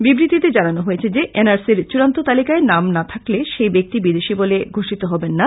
বিবৃতিতে জানানো হয়েছে যে এন আর সির চূড়ান্ত তালিকায় নাম থাকলে সেই ব্যক্তি বিদেশী বলে ঘোষিত হবেন না